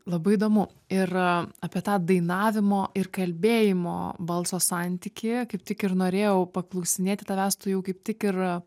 labai įdomu ir apie tą dainavimo ir kalbėjimo balso santykį kaip tik ir norėjau paklausinėti tavęs tu jau kaip tik ir